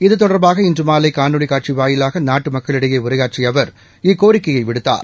இது தொடர்பாக இன்று மாலை காணொலி காட்சி வாயிலாக நாட்டு மக்களிடையே உரையாற்றிய அவர் இக்கோரிக்கையை விடுத்தார்